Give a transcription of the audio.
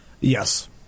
Yes